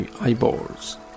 eyeballs